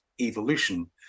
evolution